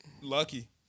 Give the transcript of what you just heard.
Lucky